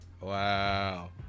Wow